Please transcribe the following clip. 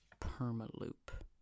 perma-loop